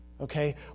okay